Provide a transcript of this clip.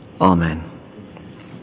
amen